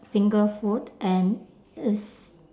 finger food and it's